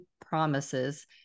Promises